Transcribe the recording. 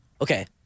Okay